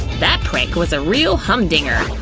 that prank was a real hum-dinger!